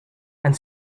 and